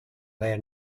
their